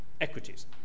equities